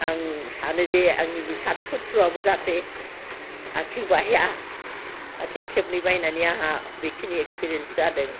आं सानो जे आंनि बि सात सुथ्रुआबो जाहाथे आथिं बाया आथिं खेबनै बायनानै आंहा बेखिनि एक्सपिरियेन्स जादों